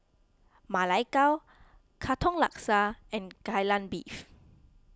Ma Lai Gao Katong Laksa and Kai Lan Beef